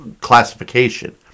classification